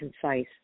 concise